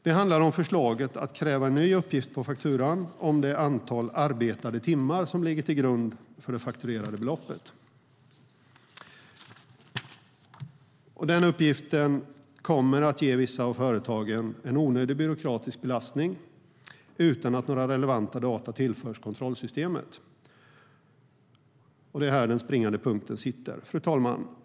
Det handlar om förslaget att kräva en ny uppgift på fakturan om det antal arbetade timmar som ligger till grund för det fakturerade beloppet. Den uppgiften kommer att ge vissa av företagen en onödig byråkratisk belastning utan att några relevanta data tillförs kontrollsystemet. Det är det här som är den springande punkten. Fru talman!